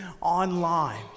online